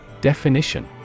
Definition